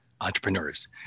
entrepreneurs